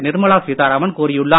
நிர்மலா சீத்தாராமன் கூறியுள்ளார்